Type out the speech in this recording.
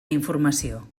informació